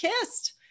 kissed